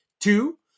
Two